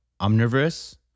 omnivorous